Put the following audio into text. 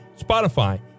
Spotify